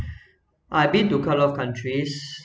I've been to quite a lot of countries